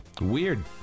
Weird